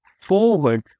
forward